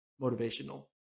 motivational